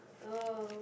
oh